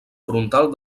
frontal